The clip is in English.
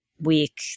week